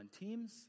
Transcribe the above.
teams